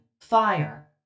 fire